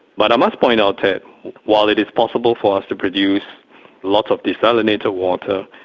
but i must point out that while it is possible for us to produce lots of desalinated water,